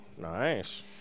Nice